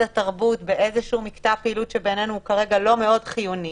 התרבות באיזשהו מקטע פעילות שבינינו הוא כרגע לא מאוד חיוני,